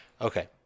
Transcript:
Okay